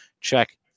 Check